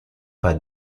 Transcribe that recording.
pas